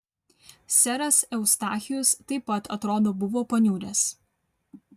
seras eustachijus taip pat atrodo buvo paniuręs